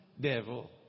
devil